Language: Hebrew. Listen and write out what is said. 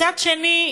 מצד שני,